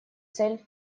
цель